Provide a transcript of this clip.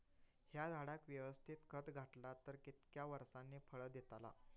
हया झाडाक यवस्तित खत घातला तर कितक्या वरसांनी फळा दीताला?